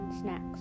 snacks